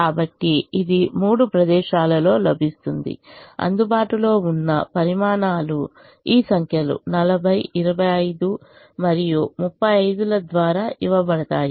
కాబట్టి ఇది మూడు ప్రదేశాలలో లభిస్తుంది అందుబాటులో ఉన్న పరిమాణాలు ఈ సంఖ్యలు 40 25 మరియు 35 ల ద్వారా ఇవ్వబడతాయి